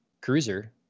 cruiser